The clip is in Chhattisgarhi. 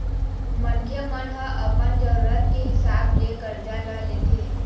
मनखे मन ह अपन जरुरत के हिसाब ले करजा ल लेथे